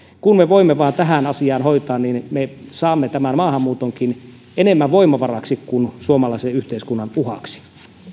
kun me voimme vain tämän asian hoitaa niin me saamme tämän maahanmuutonkin enemmän voimavaraksi kuin suomalaisen yhteiskunnan uhaksi